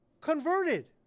converted